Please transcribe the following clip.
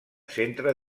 centre